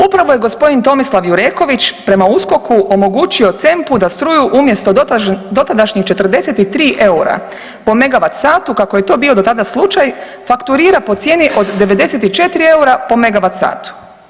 Upravo je g. Tomislav Jureković prema USKOK-u omogućio CEMP-u da struju umjesto dotadašnjih 43 eura po megavat satu kako je to bio do tada slučaj fakturira po cijeni od 94 eura po megavat satu.